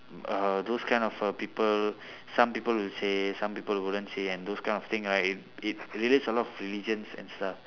uh those kind of err people some people will say some people wouldn't say and those kind of thing right it it relates a lot of religions and stuff